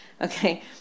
Okay